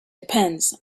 depends